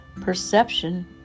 perception